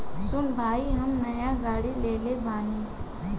सुन भाई हम नाय गाड़ी लेले बानी